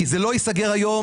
כי זה לא ייסגר היום,